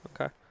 Okay